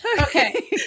okay